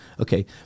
Okay